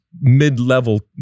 mid-level